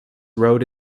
road